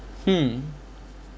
hmm